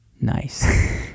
Nice